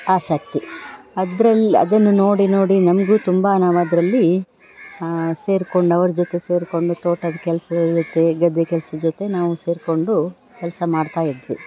ಆಸಕ್ತಿ ಅದ್ರಲ್ಲಿ ಅದನ್ನು ನೋಡಿ ನೋಡಿ ನಮಗೂ ತುಂಬ ನಾವೂ ಅದರಲ್ಲಿ ಸೇರ್ಕೊಂಡು ಅವರ ಜೊತೆ ಸೇರಿಕೊಂಡು ತೋಟದ ಕೆಲ್ಸದ ಜೊತೆ ಗದ್ದೆ ಕೆಲ್ಸದ ಜೊತೆ ನಾವೂ ಸೇರಿಕೊಂಡು ಕೆಲಸ ಮಾಡ್ತಾ ಇದ್ವಿ